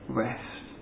rest